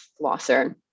flosser